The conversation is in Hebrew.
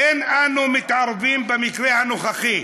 "אין אנו מתערבים במקרה הנוכחי.